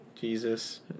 Jesus